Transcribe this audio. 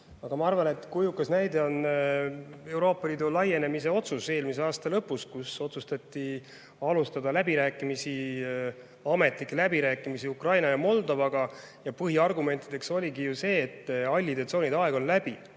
Aga ma arvan, et kujukas näide on Euroopa Liidu laienemise otsus eelmise aasta lõpus. Otsustati alustada ametlikke läbirääkimisi Ukraina ja Moldovaga. Põhiargument oligi ju see, et hallide tsoonide aeg on läbi.